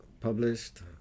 published